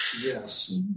Yes